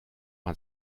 man